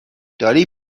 داری